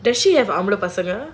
does she have armoured personnel